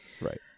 right